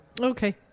Okay